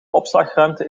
opslagruimte